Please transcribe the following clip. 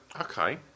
Okay